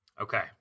Okay